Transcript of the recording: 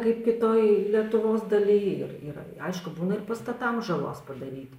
kaip kitoj lietuvos daly ir yra aišku būna ir pastatam žalos padaryta